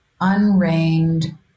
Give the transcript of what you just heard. unrained